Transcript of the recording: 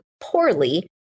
poorly